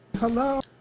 Hello